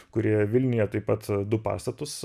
kurie vilniuje taip pat du pastatus